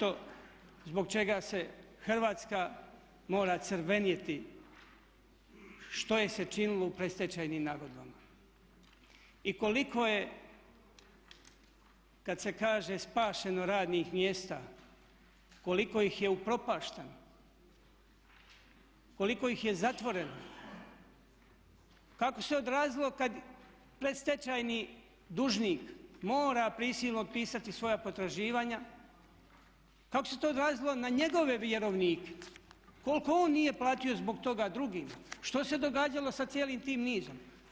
Ovo je nešto zbog čega se Hrvatska mora crveniti, što je se činilo u predstečajnim nagodbama i koliko je kad se kaže spašeno radnih mjesta, koliko ih je upropašteno, koliko ih je zatvoreno, kako se odrazilo kad predstečajni dužnik mora prisilno otpisati svoja potraživanja, kao se to odrazilo na njegove vjerovnike, koliko on nije platio zbog toga drugima, što se događalo sa cijelim tim nizom?